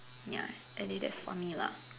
ya at least that's for me lah